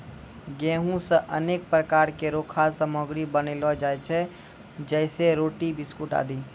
गेंहू सें अनेक प्रकार केरो खाद्य सामग्री बनैलो जाय छै जैसें रोटी, बिस्कुट आदि